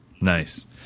Nice